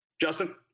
Justin